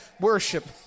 worship